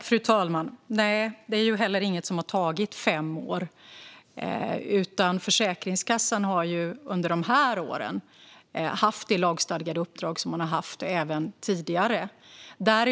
Fru talman! Nej, och det är heller inget som har tagit fem år. Försäkringskassan har under de här åren haft det lagstadgade uppdrag som man även tidigare haft.